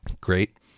great